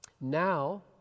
Now